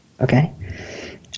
Okay